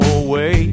away